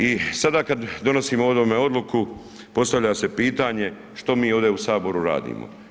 I sada kad donosimo o ovome odluku postavlja se pitanje što mi ovdje u saboru radimo?